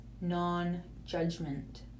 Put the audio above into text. non-judgment